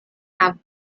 have